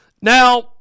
Now